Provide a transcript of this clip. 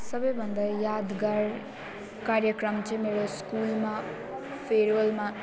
सबभन्दा यादगार कार्यक्रम चाहिँ मेरो स्कुलमा फेरवेलमा